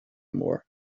more